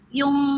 yung